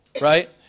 Right